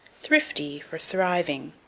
thrifty for thriving.